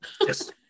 Yes